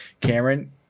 Cameron